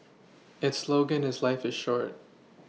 its slogan is life is short